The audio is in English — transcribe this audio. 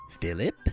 Philip